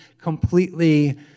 completely